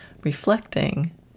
reflecting